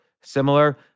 similar